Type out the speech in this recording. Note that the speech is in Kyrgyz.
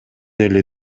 эле